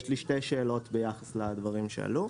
יש לי שתי שאלות ביחס לדברים שעלו.